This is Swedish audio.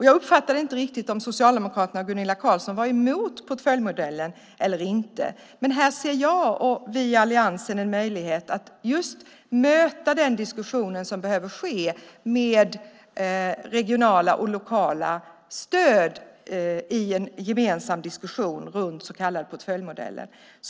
Jag uppfattade inte riktigt om Socialdemokraterna och Gunilla Carlsson var emot portföljmodellen eller inte. Men här ser jag och vi i alliansen en möjlighet att just möta den diskussion som behöver ske i fråga om regionala och lokala stöd i en gemensam diskussion om den så kallade portföljmodellen.